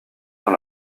dans